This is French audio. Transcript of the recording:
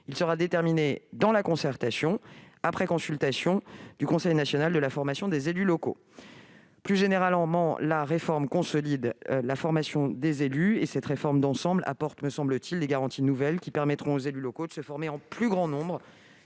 Il sera déterminé dans la concertation, après consultation du Conseil national de la formation des élus locaux. Plus généralement, cette réforme d'ensemble consolide la formation des élus et apporte, me semble-t-il, les garanties nouvelles qui permettront aux élus locaux de se former en plus grand nombre